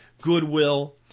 goodwill